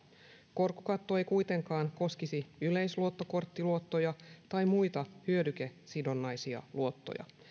korkokatto ei kuitenkaan koskisi yleisluottokorttiluottoja tai muita hyödykesidonnaisia luottoja